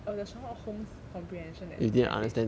err the sherlock holmes comprehension that passage